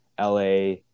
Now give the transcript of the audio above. la